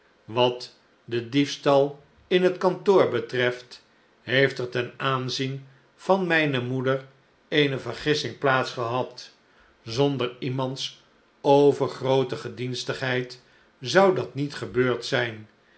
wat den diefstal in het kantoor betreft heeft er ten aanzien van mijne moeder eene vergissing plaats gehad zonder iemands overgroote gedienstigheid zou dat niet gebeurd zijn